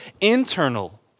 internal